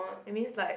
that means like